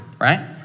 right